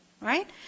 right